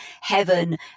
heaven